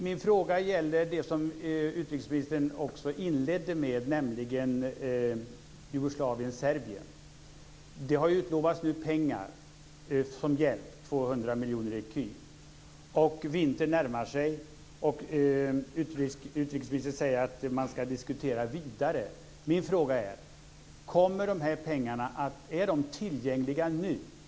Min fråga gäller det som utrikesministern inledde med, nämligen Jugoslavien-Serbien. Det har nu utlovats pengar som hjälp, 200 miljoner ecu. Vintern närmar sig. Utrikesministern säger att man ska diskutera vidare. Min fråga är: Är de här pengarna tillgängliga nu?